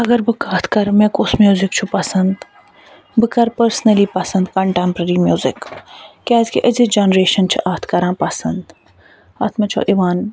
اگر بہٕ کتھ کَرٕ مےٚ کُس میوٗزِک چھُ پَسَنٛد بہٕ کَرٕ پٔرسنلی پَسَنٛد کَنٹیٚمپریٚری میوٗزِک کیازکہ أزِچ جَنریشَن چھِ اتھ کران پَسَنٛد اتھ مَنٛز چھُ یِوان